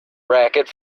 racket